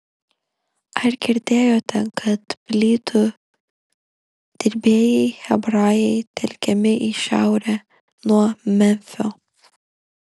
ar girdėjote kad plytų dirbėjai hebrajai telkiami į šiaurę nuo memfio